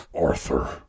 Arthur